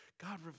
God